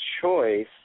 choice